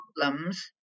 problems